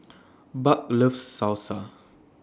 Buck loves Salsa